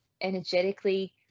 energetically